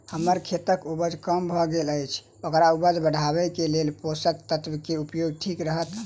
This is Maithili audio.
हम्मर खेतक उपज कम भऽ गेल अछि ओकर उपज बढ़ेबाक लेल केँ पोसक तत्व केँ उपयोग ठीक रहत?